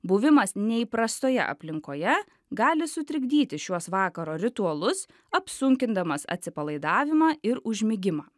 buvimas neįprastoje aplinkoje gali sutrikdyti šiuos vakaro ritualus apsunkindamas atsipalaidavimą ir užmigimą